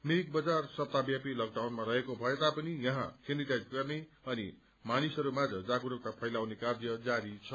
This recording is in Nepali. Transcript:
मिरिकबजार सप्ताहव्यापी लकडाउनमा रहेको भए तापनि यहाँ सेनिटाइज गर्ने अनि मानिसहरू माझ जागरूकता फैलाउने कार्य जारी छ